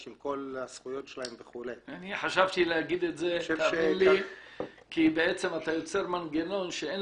אני חושב שאולי יושב-ראש הוועדה יוביל